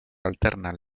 alternan